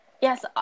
Yes